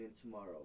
tomorrow